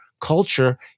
culture